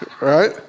Right